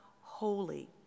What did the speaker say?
holy